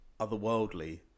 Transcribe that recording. otherworldly